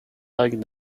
liked